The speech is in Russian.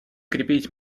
крепить